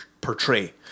portray